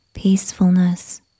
Peacefulness